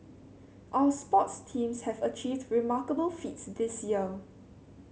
our sports teams have achieved remarkable feats this year